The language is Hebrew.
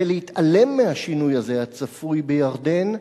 ולהתעלם מהשינוי הזה, הצפוי בירדן,